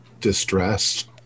distressed